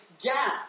gap